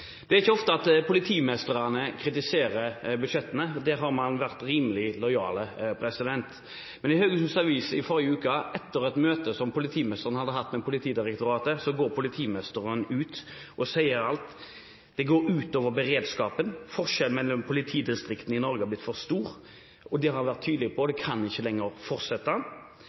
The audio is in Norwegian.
Det er ikke ofte politimestrene kritiserer budsjettene, der har man vært rimelig lojal. Men i Haugesunds Avis i forrige uke – etter et møte som politimesteren hadde hatt med Politidirektoratet – går politimesteren ut og sier at det går ut over beredskapen, at forskjellen mellom politidistriktene i Norge har blitt for stor og at han har vært tydelig på at det ikke lenger kan fortsette.